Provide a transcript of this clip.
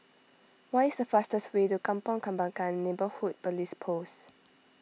what is the fastest way to Kampong Kembangan Neighbourhood Police Post